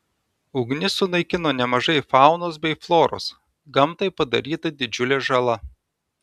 ugnis sunaikino nemažai faunos bei floros gamtai padaryta didžiulė žala